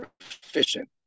efficient